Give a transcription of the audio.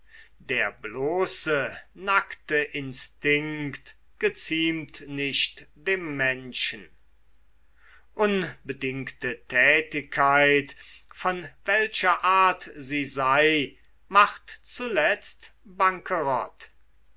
der bloße nackte instinkt geziemt nicht dem menschen unbedingte tätigkeit von welcher art sie sei macht zuletzt